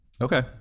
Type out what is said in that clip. Okay